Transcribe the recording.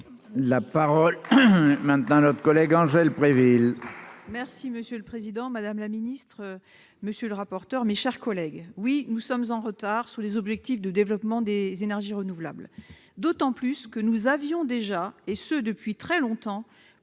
La parole maintenant notre collègue Angèle Préville. Merci monsieur le président, madame la ministre, monsieur le rapporteur, mes chers collègues, oui nous sommes en retard sous les objectifs de développement des énergies renouvelables, d'autant plus que nous avions déjà et ce depuis très longtemps,